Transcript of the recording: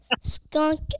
skunk